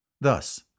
Thus